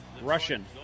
Russian